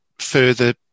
further